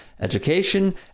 education